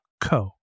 co